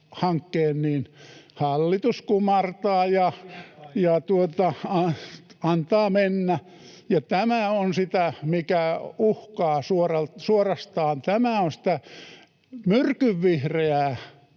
pidä paikkaansa!] ja antaa mennä. Tämä on sitä, mikä suorastaan uhkaa. Tämä on sitä myrkynvihreää